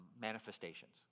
manifestations